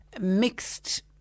mixed